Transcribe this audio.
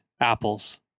apples